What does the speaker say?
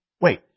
Wait